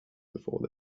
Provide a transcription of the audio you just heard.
before